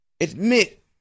admit